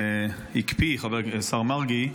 השר מרגי,